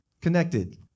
connected